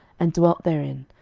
and dwelt therein,